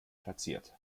platziert